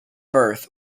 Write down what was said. birth